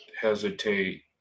hesitate